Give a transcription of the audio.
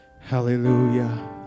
Hallelujah